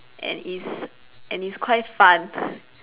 and is and it's quite fun